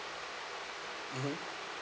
mmhmm